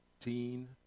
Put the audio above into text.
teen